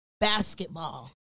basketball